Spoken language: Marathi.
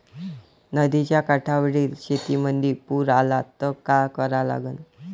नदीच्या काठावरील शेतीमंदी पूर आला त का करा लागन?